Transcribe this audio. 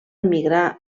emigrar